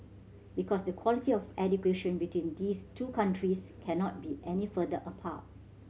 because the quality of education between these two countries cannot be any further apart